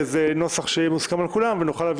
לנוסח שיהיה מוסכם על כולם ונוכל להביא